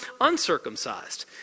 uncircumcised